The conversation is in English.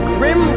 Grim